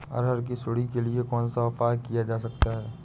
अरहर की सुंडी के लिए कौन सा उपाय किया जा सकता है?